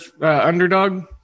underdog